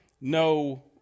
no